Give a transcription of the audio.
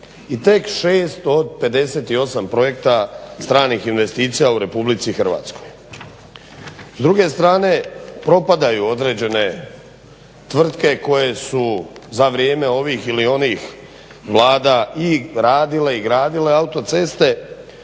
I tek 6 od 58 projekta stranih investicija u RH. S druge strane propadaju određene tvrtke koje su za vrijeme ovih ili onih vlada i radile i gradile autoceste,